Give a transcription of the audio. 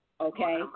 Okay